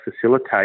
facilitate